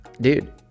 dude